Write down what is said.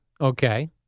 Okay